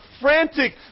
frantic